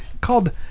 Called